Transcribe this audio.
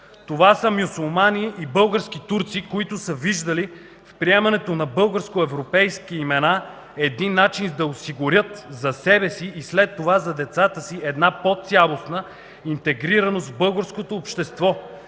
Това са мюсюлмани и български турци, които са виждали в приемането на българско-европейски имена начин да осигурят за себе си и след това за децата си една по-цялостна интегрираност в българското общество.